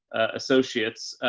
associates,